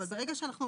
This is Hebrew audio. אבל המילה "אירוע"